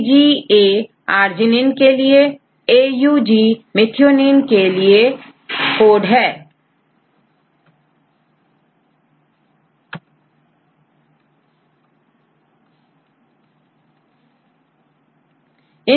UGC कोडCYSTINE के लिए हैGCA Alanine के लिए हैUGC फिरCYSTINE के लिएAAC Aspargine के लिएCGAArginine के लिएAUG methionine के लिए है